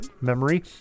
memory